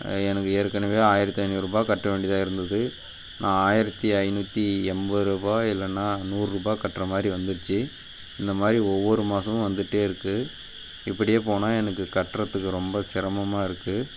எனக்கு ஏற்கனவே ஆயிரத்தி ஐந்நூறுரூபா கட்ட வேண்டியதாக இருந்தது நான் ஆயிரத்தி ஐந்நூற்றி எண்பது ருபாய் இல்லைன்னா நூறுரூபா கட்டுற மாதிரி வந்துருச்சு இந்த மாதிரி ஒவ்வொரு மாதமும் வந்துட்டே இருக்குது இப்படியே போனால் எனக்கு கட்டுறதுக்கு ரொம்ப சிரமமாக இருக்குது